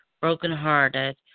brokenhearted